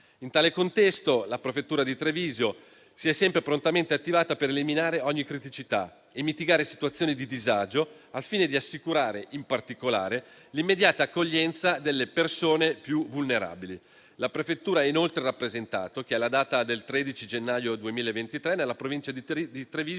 In tale contesto, la prefettura di Treviso si è sempre prontamente attivata per eliminare ogni criticità e mitigare situazioni di disagio al fine di assicurare, in particolare, l'immediata accoglienza delle persone più vulnerabili. La prefettura ha inoltre rappresentato che, alla data del 13 gennaio 2023, nella Provincia di Treviso